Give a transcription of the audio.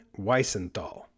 Weisenthal